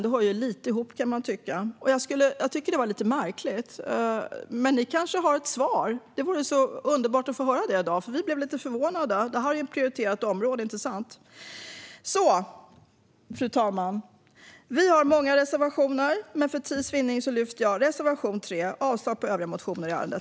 Det hör ju ihop, kan man tycka, och jag tycker att det var lite märkligt. Men ni kanske har ett svar, och det vore underbart att få höra det i så fall. Vi blev nämligen lite förvånade. Det här är ju ett prioriterat område, inte sant? Fru talman! Vi har många reservationer, men för tids vinnande yrkar jag bifall enbart till reservation 3 och avslag på övriga motioner i ärendet.